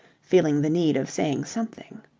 feeling the need of saying something.